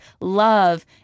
love